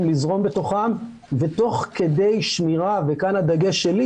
לזרום בתוכם ותוך כדי שמירה וכאן הדגש שלי